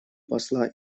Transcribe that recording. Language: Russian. посла